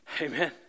Amen